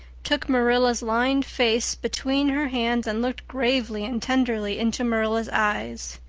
took marilla's lined face between her hands, and looked gravely and tenderly into marilla's eyes.